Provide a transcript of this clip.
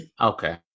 okay